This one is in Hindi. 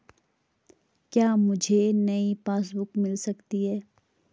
क्या मुझे नयी पासबुक बुक मिल सकती है?